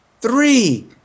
three